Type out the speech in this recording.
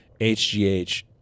HGH